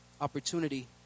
opportunity